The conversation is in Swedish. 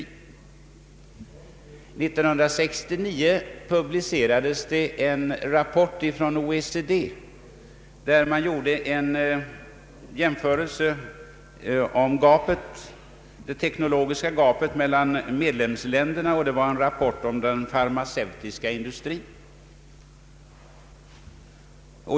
År 1969 publicerades en rapport från OECD där man redogjorde för det teknologiska gapet mellan medlemsländerna. Det var en rapport om den farmaceutiska industrin.